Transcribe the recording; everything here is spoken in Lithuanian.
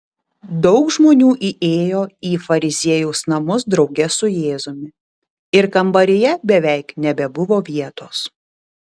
daug žmonių įėjo į fariziejaus namus drauge su jėzumi ir kambaryje beveik nebebuvo vietos